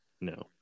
No